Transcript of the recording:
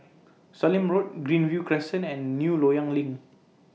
Sallim Road Greenview Crescent and New Loyang LINK